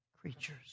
creatures